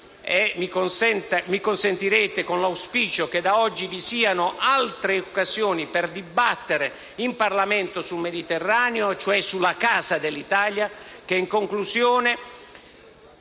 mi consentirete, con un auspicio che da oggi vi siano altre occasioni per dibattere in Parlamento sul Mediterraneo, cioè sulla casa dell'Italia, che in conclusione